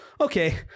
okay